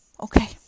Okay